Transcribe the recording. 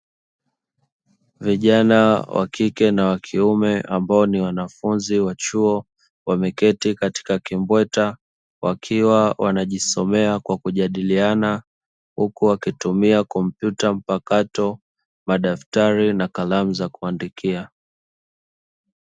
Vijana wa kike na wa kiume ambao ni wanafunzi wa chuo wameketi katika kibweta wakiwa wanajisomea kwa kujadiliana, huku wakitumia kompyuta mpakato, madaftari na kalamu za kuandikia.